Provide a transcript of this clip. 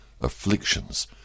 afflictions